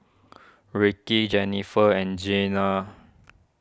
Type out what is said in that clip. Ricky Jenniffer and Jeana